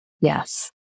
Yes